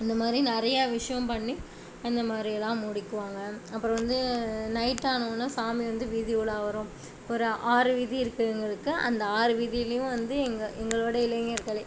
அந்த மாதிரி நிறையா விஷயம் பண்ணி அந்த மாதிரியெல்லாம் முடிக்குவாங்க அப்பறம் வந்து நைட்டானோடன சாமி வந்து வீதி உலா வரும் ஒரு ஆறு வீதி இருக்குது எங்களுக்கு அந்த ஆறு வீதிலையும் வந்து எங்கள் எங்களோடைய இளைஞர்களே